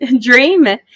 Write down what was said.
dream